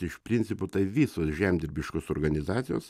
iš principo tai visos žemdirbiškos organizacijos